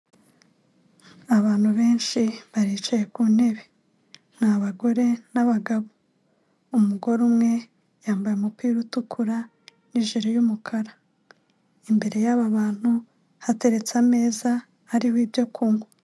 Abantu benshi baricaye ku intebe ni abagore n'abagabo, umugore umwe yambaye umupira utukura nijipo y'umukara, imbere yaba bantu hateretse ameza ari ibyo kunywa.